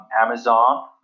Amazon